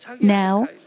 now